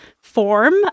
form